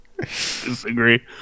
disagree